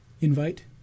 Invite